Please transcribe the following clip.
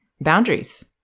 boundaries